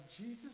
Jesus